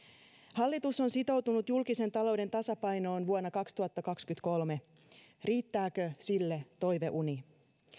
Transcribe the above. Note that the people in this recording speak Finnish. hallitus on sitoutunut julkisen talouden tasapainoon vuonna kaksituhattakaksikymmentäkolme riittääkö sille toiveuni